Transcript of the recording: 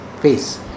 face